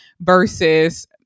versus